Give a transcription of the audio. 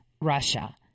Russia